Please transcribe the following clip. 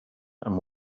and